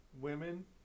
women